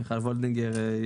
מיכל וולדיגר,